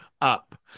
up